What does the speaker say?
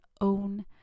own